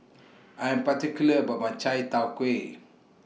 I Am particular about My Chai Tow Kuay